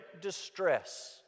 distress